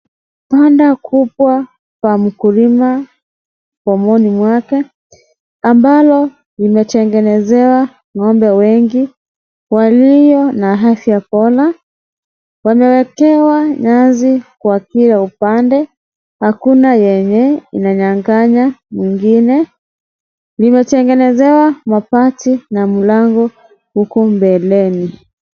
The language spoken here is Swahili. Banda kubwa pa mkulima pomoni mwake ambalo limetengenezewa ngombe wengo walio na aafya bora, wamewekewa nyasi kila upande , hakuna yenye inanyanganya ingine , limetengenezewa mabati na mlango huko mbele.